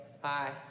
Hi